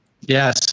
Yes